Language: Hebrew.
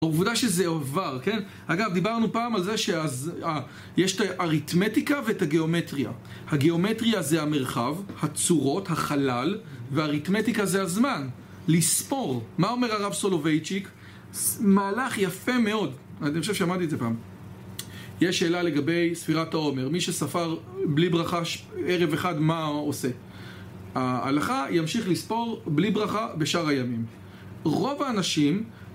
עובדה שזה עובר, כן? אגב, דיברנו פעם על זה ש... אה, יש את האריתמטיקה ואת הגיאומטריה. הגיאומטריה זה המרחב, הצורות, החלל והאריתמטיקה זה הזמן לספור, מה אומר הרב סולובייצ'יק? מהלך יפה מאוד אני חושב שאמרתי את זה פעם יש שאלה לגבי ספירת העומר מי שספר בלי ברכה ערב אחד, מה עושה? ההלכה ימשיך לספור בלי ברכה בשאר הימים רוב האנשים